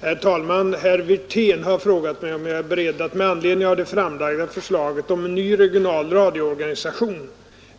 Herr talman! Herr Wirtén har frågat mig om jag är beredd att med anledning av det framlagda förslaget om en ny regional radioorganisation